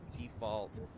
default